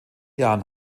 jahren